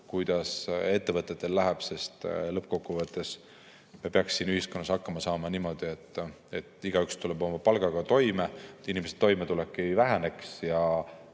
kuidas läheb ettevõtetel, sest lõppkokkuvõttes me peaksime ühiskonnas hakkama saama niimoodi, et igaüks tuleks oma palgaga toime, inimeste toimetulek ei [halveneks] ja